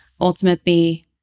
ultimately